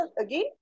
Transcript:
again